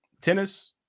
tennis